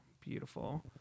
beautiful